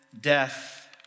death